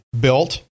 built